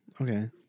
Okay